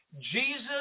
Jesus